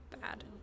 bad